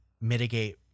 mitigate